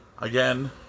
Again